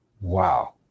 wow